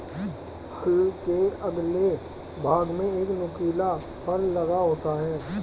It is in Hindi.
हल के अगले भाग में एक नुकीला फर लगा होता है